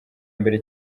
mbere